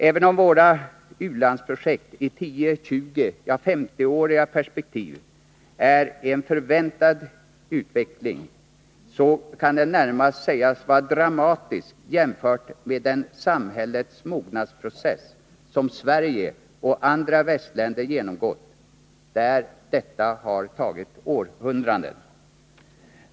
Även om vi ser våra u-landsprojekt i 10-, 20-, ja 50-åriga tidsperspektiv, är det en förväntad utveckling som är närmast dramatisk jämfört med den samhällets mognadsprocess som Sverige och andra västländer genomgått — där denna tagit århundraden.